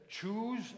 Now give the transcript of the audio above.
choose